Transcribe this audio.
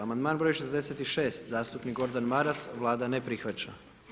Amandman broj 66. zastupnik Gordan Maras, Vlada ne prihvaća.